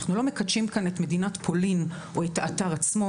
אנחנו לא מקדשים כאן את מדינת פולין או את האתר עצמו.